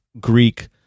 Greek